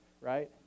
right